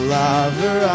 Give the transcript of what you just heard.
lover